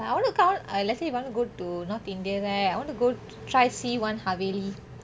I want to come let's say if I want to go to north indian right I want to go try see one haveli